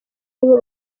nibo